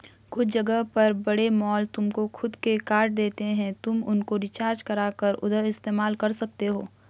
कुछ जगह पर बड़े मॉल तुमको खुद के कार्ड देते हैं तुम उनको रिचार्ज करा कर उधर इस्तेमाल कर सकते हो